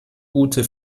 ute